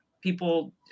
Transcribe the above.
people